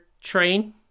train